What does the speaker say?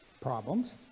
problems